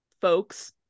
folks